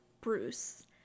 Bruce